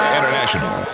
International